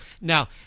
Now